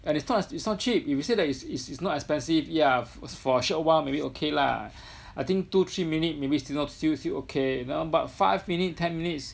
and it's no~ it's not cheap if you say that it's it's not expensive yeah for a short while maybe okay lah I think two three minutes maybe still not still okay but five minute ten minutes